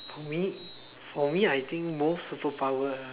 for me for me I think most superpower